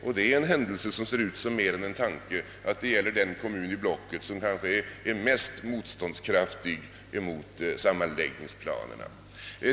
Det är också en händelse som ser ut som en tanke att det gäl ler den kommun i blocket som kanske är mest motståndskraftig mot sammanläggningsplanerna.